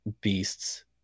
beasts